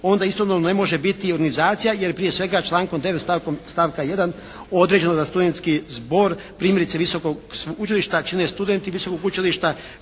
onda istodobno ne može biti organizacija jer prije svega člankom 9. stavka 1. je određeno da studentski zbor primjerice visokog učilišta čine studenti visokog učilišta